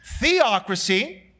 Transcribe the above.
Theocracy